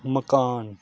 मकान